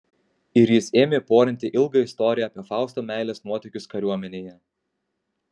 ir jis ėmė porinti ilgą istoriją apie fausto meilės nuotykius kariuomenėje